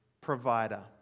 provider